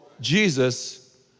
Jesus